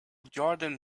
jordan